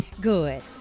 good